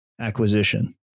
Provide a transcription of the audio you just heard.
acquisition